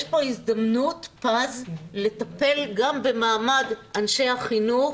יש פה הזדמנות פז לטפל גם במעמד אנשי החינוך